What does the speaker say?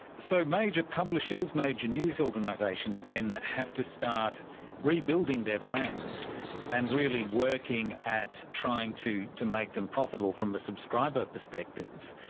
so, major publishers, major news organisations then have to start rebuilding of their brands and really working at trying to to make them profitable from a subscriber perspective.